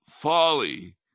Folly